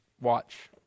Watch